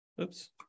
Oops